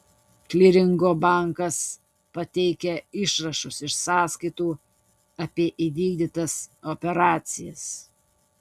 kliringo bankas pateikia išrašus iš sąskaitų apie įvykdytas operacijas